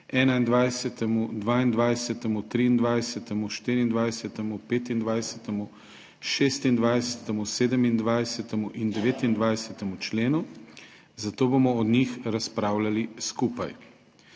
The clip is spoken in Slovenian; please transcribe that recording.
21., 22., 23., 24., 25., 26., 27. in 29. členu, zato bomo o njih razpravljali skupaj.